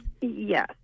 Yes